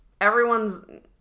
everyone's